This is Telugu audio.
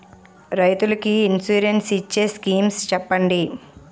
రైతులు కి ఇన్సురెన్స్ ఇచ్చే స్కీమ్స్ చెప్పండి?